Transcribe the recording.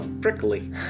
prickly